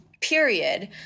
period